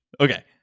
Okay